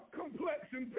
complexion